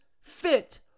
fit